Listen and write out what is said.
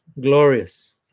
Glorious